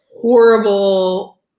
Horrible